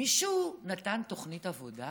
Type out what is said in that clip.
מישהו נתן תוכנית עבודה?